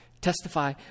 testify